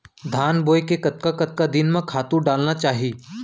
धान बोए के कतका कतका दिन म खातू डालना चाही?